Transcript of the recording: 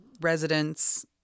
residents